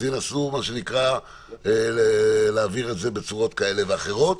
אז ינסו להעביר את זה בצורות כאלה ואחרות,